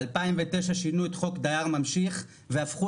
ב-2009 שינו את חוק דייר ממשיך והפכו